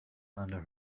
under